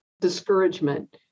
discouragement